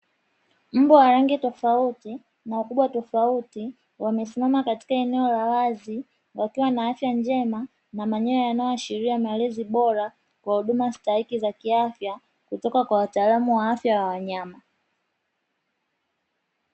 Mbwa wa rangi tofauti na ukubwa tofauti, wamesimama katika eneo la wazi wakiwa na afya njema, na manyoya yanayoashiria malezi bora kwa huduma stahiki za kiafya, kutoka kwa wataalamu wa afya ya wanyama.